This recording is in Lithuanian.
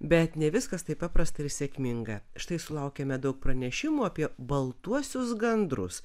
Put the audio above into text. bet ne viskas taip paprasta ir sėkminga štai sulaukiame daug pranešimų apie baltuosius gandrus